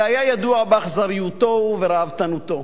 והיה ידוע באכזריותו ובראוותנותו.